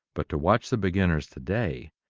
but to watch the beginners today,